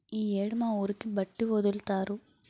ఈ యేడు మా ఊరికి బట్టి ఒదులుతారు